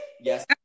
Yes